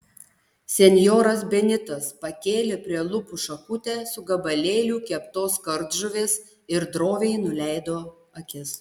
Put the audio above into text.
senjoras benitas pakėlė prie lūpų šakutę su gabalėliu keptos kardžuvės ir droviai nuleido akis